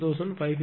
8 kVAr